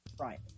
right